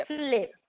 flip